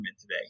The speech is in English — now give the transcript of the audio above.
today